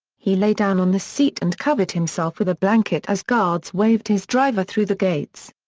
he lay down on the seat and covered himself with a blanket as guards waved his driver through the gates.